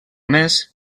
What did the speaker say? més